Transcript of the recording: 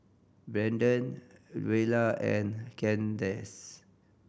Brandan Luella and Kandace